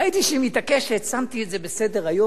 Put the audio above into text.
ראיתי שהיא מתעקשת, שמתי את זה בסדר-היום,